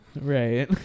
right